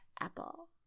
Apple